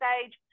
stage